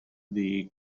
the